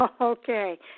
Okay